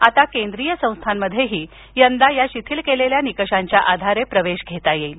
आता केंद्रीय संस्थांमध्येही यंदा या शिथिल केलेल्या निकषांच्या आधारे प्रवेश घेता येईल